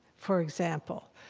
for example.